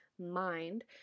mind